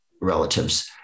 relatives